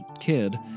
kid